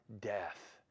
death